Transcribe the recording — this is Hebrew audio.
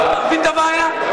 אתה מבין את הבעיה?